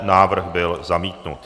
Návrh byl zamítnut.